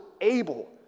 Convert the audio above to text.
able